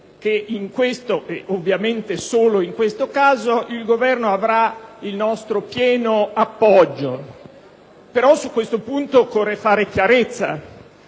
che in questo caso - e ovviamente solo in questo - il Governo avrà il nostro pieno appoggio. Su questo punto occorre però fare chiarezza